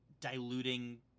diluting